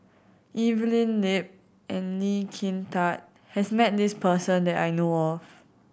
Evelyn Lip and Lee Kin Tat has met this person that I know of